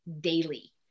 daily